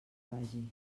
vagi